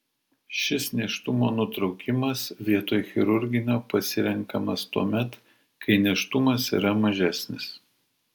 šis nėštumo nutraukimas vietoj chirurginio pasirenkamas tuomet kai nėštumas yra mažesnis